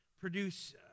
produce